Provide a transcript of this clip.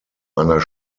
einer